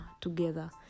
together